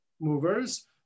movers